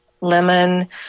lemon